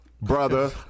brother